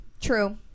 True